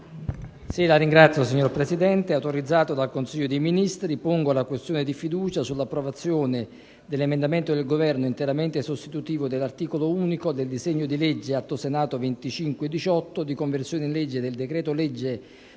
il Parlamento*. Signor Presidente, autorizzato dal Consiglio dei ministri, pongo la questione di fiducia sull'approvazione dell'emendamento 1.900, presentato dal Governo, interamente sostitutivo dell'articolo unico del disegno di legge n. 2518, di conversione in legge del decreto-legge